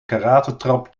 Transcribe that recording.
karatetrap